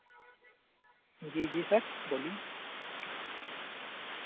जी जी सर बोलिये